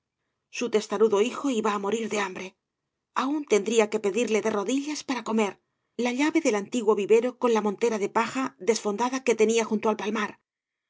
su testarudo hijo iba á morir de hambre aun tendría que pedirle de rodillas para comer la llave del antiguo vivero con la montera de paja desfondada que tenía jimto al palmar